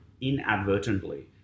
inadvertently